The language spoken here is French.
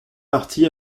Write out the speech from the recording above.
parties